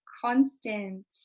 constant